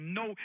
no